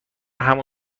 همون